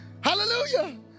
Hallelujah